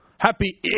Happy